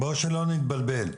שלא נתבלבל,